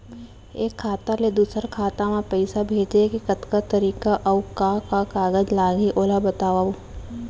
एक खाता ले दूसर खाता मा पइसा भेजे के कतका तरीका अऊ का का कागज लागही ओला बतावव?